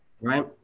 Right